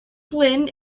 bend